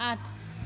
আঠ